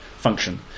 function